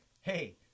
hey